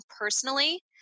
personally